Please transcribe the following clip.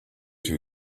two